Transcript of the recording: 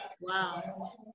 Wow